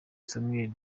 samuel